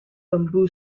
bamboo